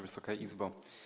Wysoka Izbo!